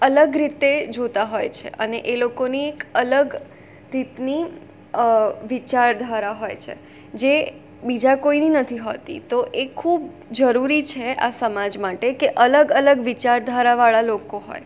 અલગ રીતે જોતા હોય છે અને એ લોકોની એક અલગ રીતની વિચારધારા હોય છે જે બીજા કોઈની નથી હોતી તો એ ખૂબ જરૂરી છે આ સમાજ માટે કે અલગ અલગ વિચારધારાવાળા લોકો હોય